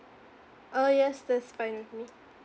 oh yes that's fine with me